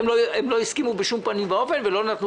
הם לא הסכימו בשום פנים ואופן ולא נתנו